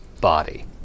body